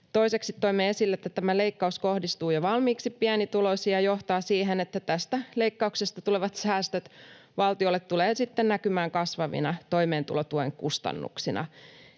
Toiseksi toimme esille, että tämä leikkaus kohdistuu jo valmiiksi pienituloisiin ja johtaa siihen, että tästä leikkauksesta tulevat säästöt valtiolle tulevat sitten näkymään kasvavina toimeentulotuen kustannuksina.